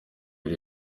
iri